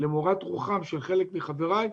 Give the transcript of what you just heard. למורת רוחם של חלק מחבריי,